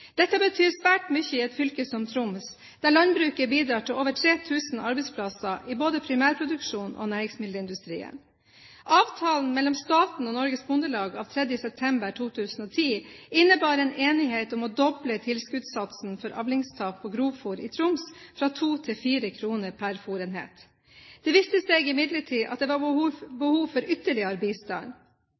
Dette betyr svært mye i et fylke som Troms, der landbruket bidrar til over 3 000 arbeidsplasser, i både primærproduksjonen og næringsmiddelindustrien. Avtalen mellom staten og Norges Bondelag av 3. september 2010 innebar en enighet om å doble tilskuddssatsen for avlingstap på grovfôr i Troms fra 2 til 4 kr per fôrenhet. Det viste seg imidlertid at det var behov for ytterligere bistand.